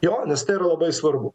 jo nes tai yra labai svarbu